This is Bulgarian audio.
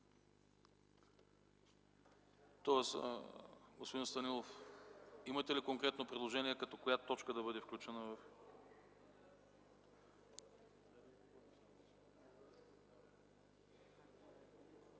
АНАСТАСОВ: Господин Станилов, имате ли конкретно предложение като коя точка да бъде включено в